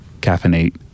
caffeinate